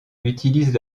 utilise